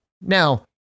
now